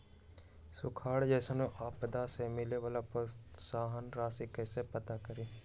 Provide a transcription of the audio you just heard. सुखार जैसन आपदा से मिले वाला प्रोत्साहन राशि कईसे प्राप्त करी?